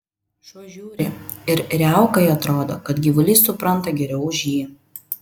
šuo žiūri ir riaukai atrodo kad gyvulys supranta geriau už jį